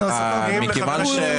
בטוח יש לו חנמאל.